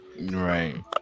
Right